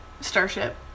starship